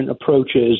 approaches